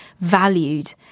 valued